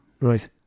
Right